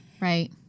Right